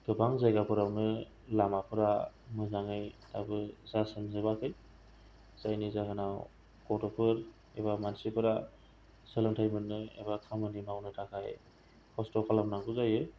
गोबां जायगा फोरावनो लामा फोरा मोजाङै दाबो जास्रां जोबाखै जायनि जाहोनाव गथ'फोर एबा मानसिफोरा सोलोंथाय मोननो एबा खामानि मावनो थाखाय खस्थ' खालामनांगौ जायो